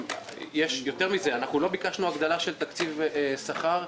יותר מזה, לא ביקשנו הגדלה של תקציב שכר.